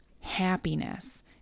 happiness